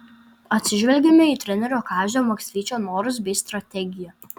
atsižvelgėme į trenerio kazio maksvyčio norus bei strategiją